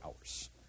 hours